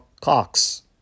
Cox